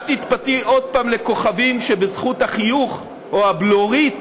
אל תתפתי עוד הפעם לכוכבים שבזכות החיוך או הבלורית